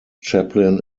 chaplin